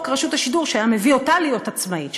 רשות השידור שהיה מביא אותה להיות עצמאית,